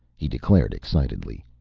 he declared excitedly.